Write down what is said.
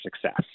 success